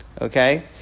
Okay